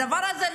הדבר הזה,